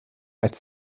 als